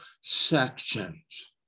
sections